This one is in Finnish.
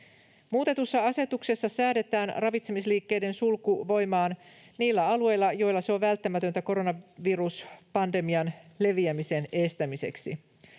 Muutetussa asetuksessa säädetään ravitsemisliikkeiden sulku voimaan niillä alueilla, joilla se on välttämätöntä koronaviruspandemian leviämisen estämiseksi.